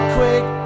quick